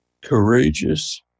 courageous